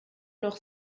noch